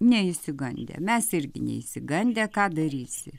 neišsigandę mes irgi neišsigandę ką darysi